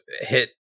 hit